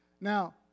Now